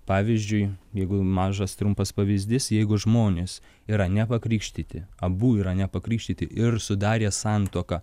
pavyzdžiui jeigu mažas trumpas pavyzdys jeigu žmonės yra ne pakrikštyti abu yra ne pakrikštyti ir sudarę santuoką